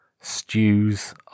stews